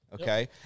Okay